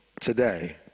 today